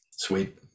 Sweet